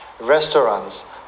restaurants